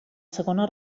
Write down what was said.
segona